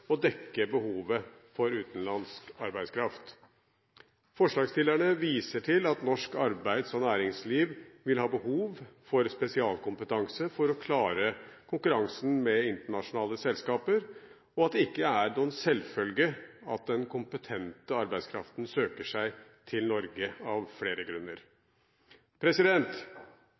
å dekke behovet for utenlandsk arbeidskraft. Forslagsstillerne viser til at norsk arbeids- og næringsliv vil ha behov for spesialkompetanse for å klare konkurransen med internasjonale selskaper, og at det av flere grunner ikke er noen selvfølge at den kompetente arbeidskraften søker seg til Norge.